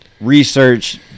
research